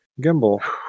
Gimbal